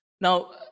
Now